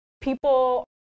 people